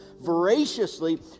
voraciously